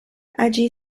allí